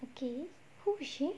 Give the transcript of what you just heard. okay who is she